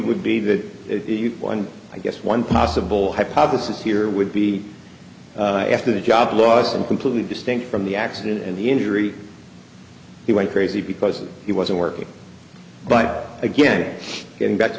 would be that one i guess one possible hypothesis here would be after the job loss and completely distinct from the accident and the injury he went crazy because he wasn't working but again getting back to